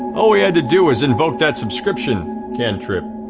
all we had to do is invoke that subscription cantrip.